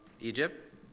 Egypt